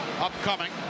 upcoming